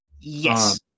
Yes